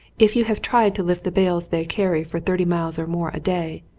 if you have tried to lift the bales they carry for thirty miles or more a day,